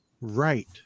right